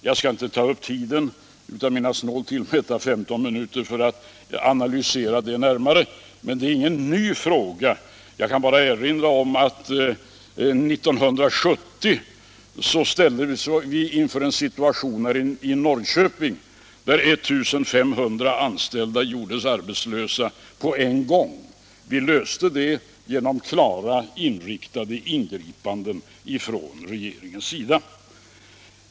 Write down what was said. Jag skall inte ta upp tid från mina snålt tillmätta 15 minuter för att analysera detta närmare. Men det är ingen ny fråga. Jag kan bara erinra om att vi 1970 ställdes inför en situation som innebar att I 500 anställda i Norrköping gjordes arbetslösa på en gång. Vi löste det problemet genom klart inriktade ingripanden från regeringens sida.